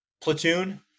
platoon